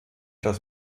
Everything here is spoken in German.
das